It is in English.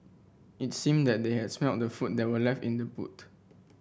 it seemed that they had smelt the food that were left in the boot